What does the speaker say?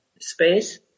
space